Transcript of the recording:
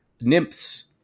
nymphs